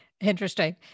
Interesting